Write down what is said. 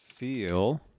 Feel